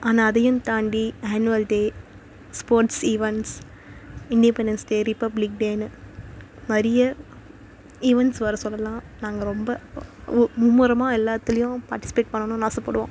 ஆனால் அதையும் தாண்டி annual day sports events independence day ரிபப்ளிக்டேன்னு நிறைய ஈவெண்ட்ஸ் வர சொல்லலாம் நாங்கள் ரொம்ப ஒ ஒ மும்மரமாக எல்லாத்திலையும் பார்ட்டிசிபேட் பண்ணணும்னு ஆசைப்படுவோம்